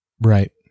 Right